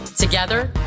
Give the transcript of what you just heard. Together